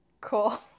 Cool